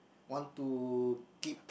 want to keep